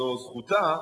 זו זכותה,